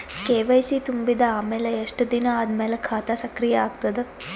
KYC ತುಂಬಿದ ಅಮೆಲ ಎಷ್ಟ ದಿನ ಆದ ಮೇಲ ಖಾತಾ ಸಕ್ರಿಯ ಅಗತದ?